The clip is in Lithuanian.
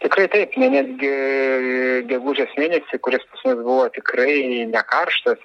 tikrai taip ne netgi gegužės mėnesį kuris buvo tikrai nekarštas